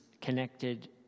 connected